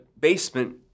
basement